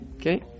Okay